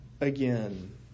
again